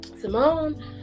Simone